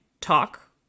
talk